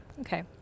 Okay